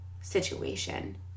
situation